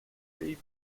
grey